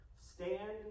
Stand